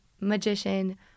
magician